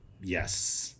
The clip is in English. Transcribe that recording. Yes